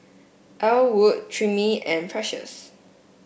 Ellwood Timmie and Precious